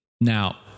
Now